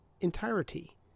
entirety